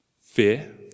fear